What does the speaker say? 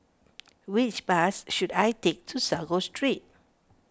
which bus should I take to Sago Street